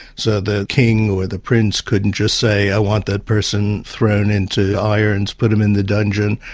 so the king or the prince couldn't just say, i want that person thrown into irons, put him in the dungeon,